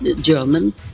German